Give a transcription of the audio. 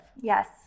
Yes